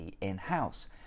in-house